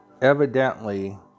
evidently